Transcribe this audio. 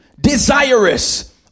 desirous